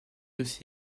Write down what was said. aussi